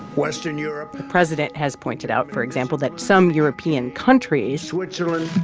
western europe the president has pointed out, for example, that some european countries. switzerland,